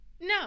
no